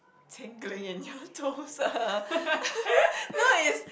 tingling in your toes no is